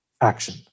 action